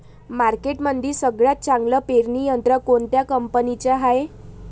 मार्केटमंदी सगळ्यात चांगलं पेरणी यंत्र कोनत्या कंपनीचं हाये?